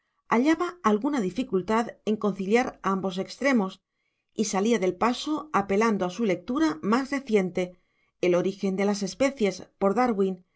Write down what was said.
hallaba alguna dificultad en conciliar ambos extremos y salía del paso apelando a su lectura más reciente el origen de las especies por darwin